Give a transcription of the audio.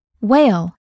Whale